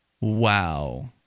Wow